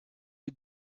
you